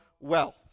wealth